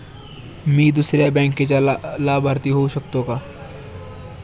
मी दुसऱ्या बँकेचा लाभार्थी होऊ शकतो का?